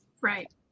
Right